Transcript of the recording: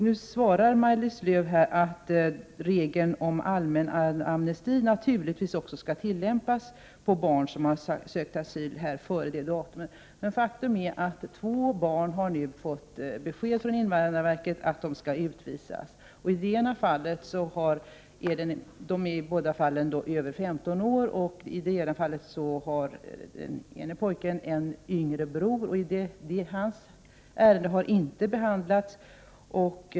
Nu svarar Maj-Lis Lööw att regeln om allmän amnesti naturligtvis också skall tillämpas på barn som har sökt asyl före den 1 januari 1988. Men faktum är att två barn nu har fått besked från invandrarverket att de skall utvisas. De är båda över 15 år. Den ene pojken har en yngre bror, vars ärende inte har behandlats.